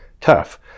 tough